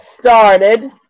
started